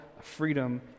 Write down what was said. freedom